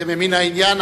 זה ממין העניין.